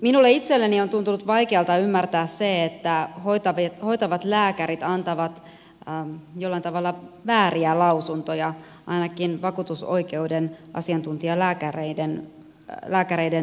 minusta itsestäni on tuntunut vaikealta ymmärtää sitä että hoitavat lääkärit antavat jollain tavalla vääriä lausuntoja ainakin vakuutusoikeuden asiantuntijalääkäreiden näkemykseen viitaten